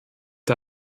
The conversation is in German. der